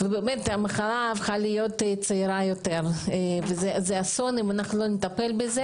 המחלה באמת הפכה לצעירה יותר ואם לא נטפל בזה,